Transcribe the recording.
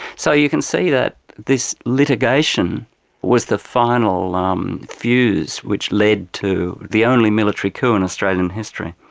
so you can see that this litigation was the final um fuse which led to the only military coup in australian history.